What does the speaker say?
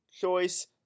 Choice